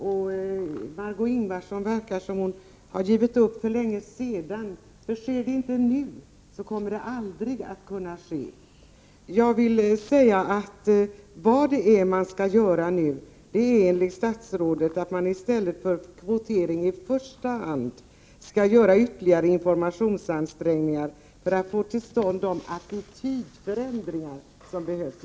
Herr talman! Jag vill peka på vad man kan förändra. Margé Ingvardsson verkar ha givit upp för länge sedan. Sker det inte nu, kommer det aldrig att kunna ske. Vad man skall göra nu är, enligt statsrådet, att i stället för att i första hand kvotera göra ytterligare ansträngningar för att informera för att få till stånd de attitydförändringar som behövs.